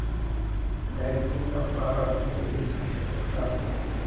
ಬ್ಯಾಂಕಿಂದಾ ಫ್ರಾಡ್ ಅತಂದ್ರ ಏನ್ ಶಿಕ್ಷೆ ಕೊಡ್ತಾರ್?